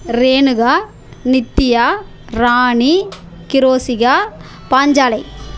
Renuka Nithya Rani Kirosika Panchalai